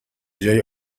جای